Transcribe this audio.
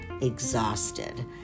exhausted